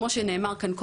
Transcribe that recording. כמו שנאמר כאן קודם,